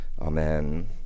Amen